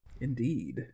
Indeed